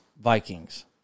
Vikings